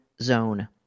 zone